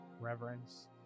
reverence